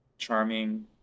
Charming